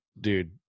dude